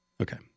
Okay